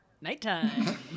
nighttime